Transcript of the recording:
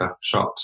shot